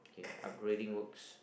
okay upgrading works